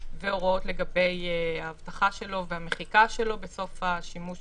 והוראות לגבי האבטחה שלו והמחיקה שלו בסוף השימוש